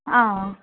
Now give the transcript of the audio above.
ஆ